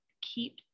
keep